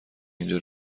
اینجا